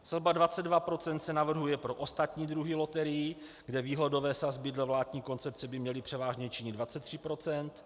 Sazba 22 % se navrhuje pro ostatní druhy loterií, kde výhledové sazby dle vládní koncepce by měly převážně činit 23 %.